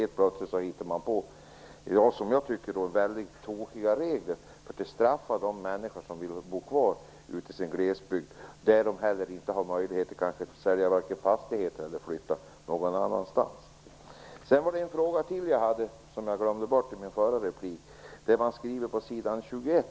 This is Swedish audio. Helt plötsligt hittar man på, som jag tycker, tokiga regler för att straffa de människor som vill bo kvar i glesbygden. De har kanske inte möjlighet att vare sig sälja sin fastighet eller flytta någon annanstans. Jag hade en fråga till som jag glömde bort i min förra replik.